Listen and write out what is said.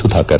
Sudhakar